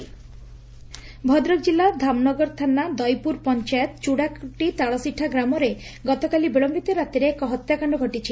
ଭଦ୍ଦକ ହତ୍ୟାକାଣ୍ଡ ଭଦ୍ରକ ଜିଲ୍ଲା ଧାମନଗର ଥାନା ଦଇପୁର ପଞ୍ଚାୟତ ଚୁଡାକୁଟି ତାଳସିଠା ଗ୍ରାମରେ ଗତକାଲି ବିଳଧିତ ରାତିରେ ଏକ ହତ୍ୟାକାଣ୍ଡ ଘଟିଛି